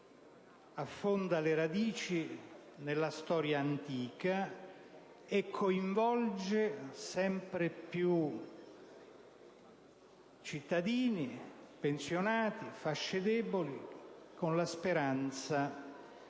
affonda le radici nella storia antica e coinvolge sempre più cittadini, pensionati, fasce deboli, accomunati dalla speranza